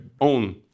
own